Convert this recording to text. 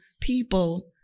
people